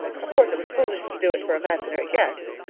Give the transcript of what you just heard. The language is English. of course, it was foolish to do it for imaginary guests.